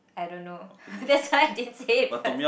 I don't know that's why I didn't say it first